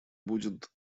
будет